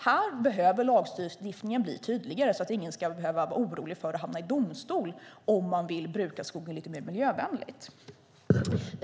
Här behöver lagstiftningen bli tydligare så att ingen som vill bruka skogen lite mer miljövänligt ska behöva vara orolig för att hamna i domstol.